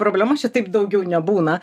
problemos čia taip daugiau nebūna